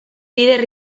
lider